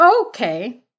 okay